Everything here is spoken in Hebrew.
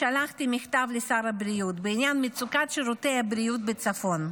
שלחתי מכתב לשר הבריאות בעניין מצוקת שירותי הבריאות בצפון.